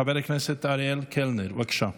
חבר הכנסת אריאל קלנר, בבקשה.